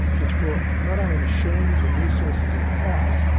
which brought not only machines and new sources of power,